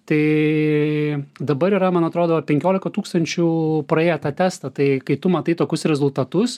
tai dabar yra man atrodo penkiolika tūkstančių praėję tą testą tai kai tu matai tokius rezultatus